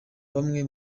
bamwe